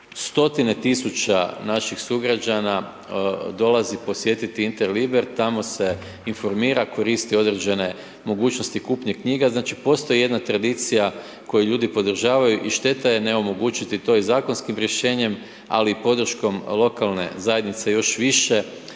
stotine tisuća naših sugrađana dolazi posjetiti Interliber, tamo se informira, koristi određene mogućnosti kupnje knjiga, znači postoji jedna tradicija koju ljudi podržavaju i šteta je ne omogućiti to i zakonskim rješenjem, ali i podrškom lokalne zajednice još više,